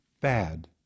bad